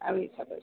આવી શકો છો